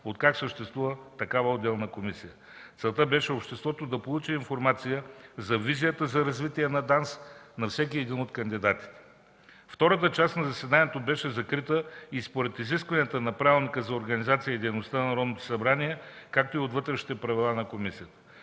откакто съществува такава отделна комисия. Целта беше обществото да получи информация за визията за развитие на ДАНС на всеки един от кандидатите. Втората част на заседанието беше закрита и според изискванията на Правилника за организацията и дейността